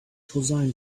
cosine